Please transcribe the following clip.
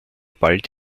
bald